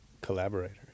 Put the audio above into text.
collaborator